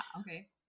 Okay